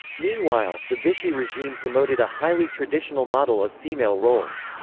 meanwhile, the vichy regime promoted a highly traditional model of female roles.